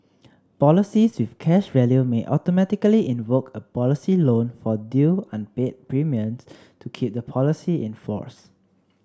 policies with cash value may automatically invoke a policy loan for due unpaid premiums to keep the policy in force